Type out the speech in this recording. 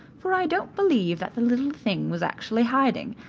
for i don't believe that the little thing was actually hiding,